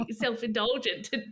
self-indulgent